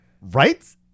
Right